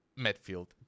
midfield